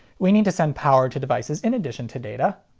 we need to send power to devices in addition to data.